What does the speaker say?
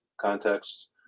context